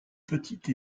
petites